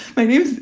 i mean,